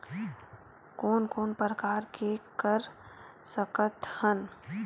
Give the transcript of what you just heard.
कोन कोन प्रकार के कर सकथ हन?